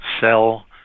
sell